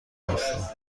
هستم